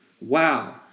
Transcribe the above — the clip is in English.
wow